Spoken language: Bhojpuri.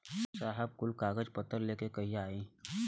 साहब कुल कागज पतर लेके कहिया आई?